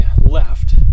left